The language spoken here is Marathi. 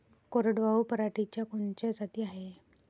कोरडवाहू पराटीच्या कोनच्या जाती हाये?